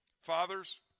Fathers